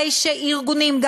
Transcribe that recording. הרי שארגונים,